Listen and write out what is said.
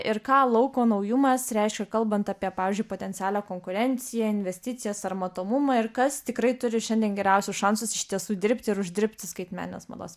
ir ką lauko naujumas reiškia kalbant apie pavyzdžiui potencialią konkurenciją investicijas ar matomumą ir kas tikrai turi šiandien geriausius šansus iš tiesų dirbti ir uždirbti skaitmeninės mados